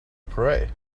pray